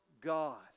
God